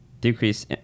Decrease